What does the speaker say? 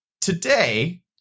Today